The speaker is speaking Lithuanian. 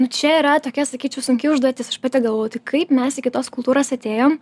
čia yra tokia sakyčiau sunki užduotis aš pati galvojau tai kaip mes iki tos kultūros atėjom